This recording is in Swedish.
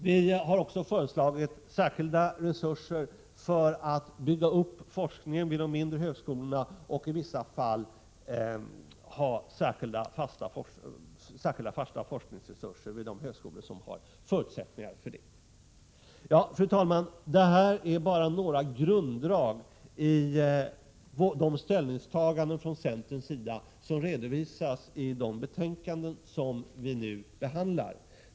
Vi har också föreslagit särskilda resurser för att bygga upp forskningen vid de mindre högskolorna och för att i vissa fall ha särskilda fasta forskningsresurser vid de högskolor som har förutsättningar för det. Fru talman! Detta är bara några grunddrag i de ställningstaganden från centerns sida som vi har redovisat i de betänkanden som nu behandlas.